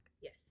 Yes